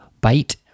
Bite